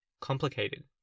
complicated